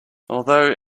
although